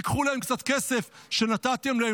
תיקחו להם קצת כסף שנתתם להם,